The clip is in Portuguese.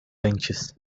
antes